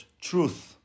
truth